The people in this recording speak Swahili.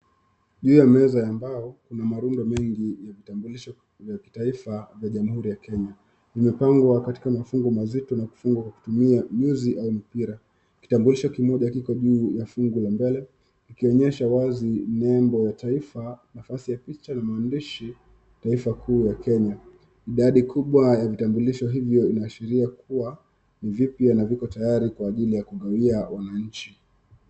Juu ya meza ya mbao , kuna marundo mengi ya vitambulisho, vya kitaifa ya jamhuri ya Kenya, zimepangwa katika mafungu mazito na kufungwa kwa kutumia nyuzi au mpira, kitambulisho kimoja kiko juu ya fungu la mbele, likonyesha wazi nembo ya picha, nafasi ya jina na maandishi taifa kuu ya Kenya, idadi kubwa ya vitambulisho hivyo, inaashiria kuwa, ni vipya na viko tayaribkwa ajili ya kugawia wananchi.